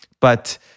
But-